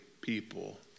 people